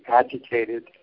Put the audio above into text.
agitated